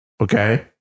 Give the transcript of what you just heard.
okay